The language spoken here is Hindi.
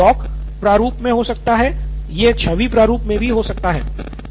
तो यह डॉक प्रारूप में हो सकता है या यह छवि प्रारूप में भी हो सकता है